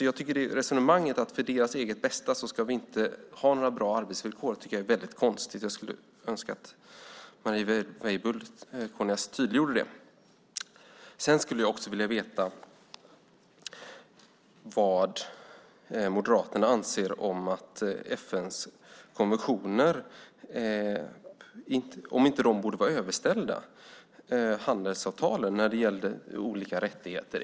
Jag tycker att resonemanget att för deras eget bästa ska vi inte ha några bra arbetsvillkor är väldigt konstigt. Jag skulle önska att Marie Weibull Kornias tydliggjorde det. Jag skulle också vilja veta vad Moderaterna anser om FN:s konventioner. Borde inte de vara överställda handelsavtalen när det gäller olika rättigheter?